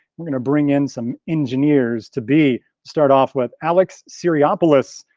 we're gonna bring in some engineers to be. start off with alex syriopoulos,